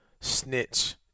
snitch